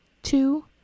Two